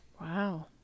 Wow